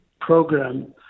program